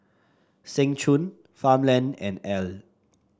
Seng Choon Farmland and Elle